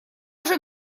уже